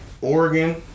Oregon